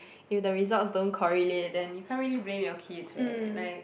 if the results don't correlate then you can't really blame your kids right like